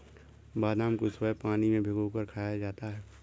बादाम को सुबह पानी में भिगोकर खाया जाता है